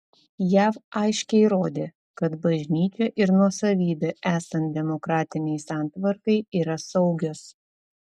jav aiškiai rodė kad bažnyčia ir nuosavybė esant demokratinei santvarkai yra saugios